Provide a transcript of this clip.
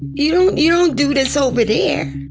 you don't you don't do this over there.